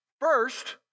First